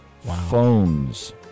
phones